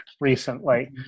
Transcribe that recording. recently